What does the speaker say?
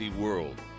world